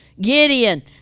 Gideon